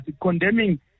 condemning